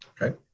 okay